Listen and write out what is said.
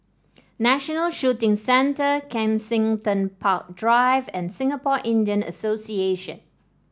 National Shooting Centre Kensington Park Drive and Singapore Indian Association